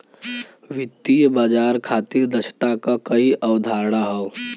वित्तीय बाजार खातिर दक्षता क कई अवधारणा हौ